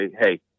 hey